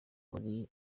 hari